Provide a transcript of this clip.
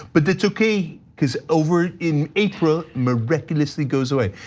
but that's okay cuz over in april miraculously goes away.